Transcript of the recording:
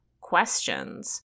questions